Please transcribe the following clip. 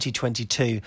2022